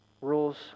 rules